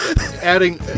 adding